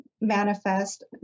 manifest